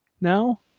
now